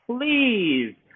please